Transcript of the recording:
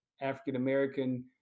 African-American